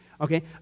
Okay